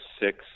six